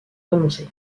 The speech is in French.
renoncer